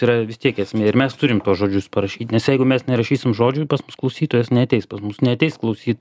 yra vis tiek esmė ir mes turim tuos žodžius parašyt nes jeigu mes nerašysim žodžių pas mus klausytojas neateis pas mus neateis klausyt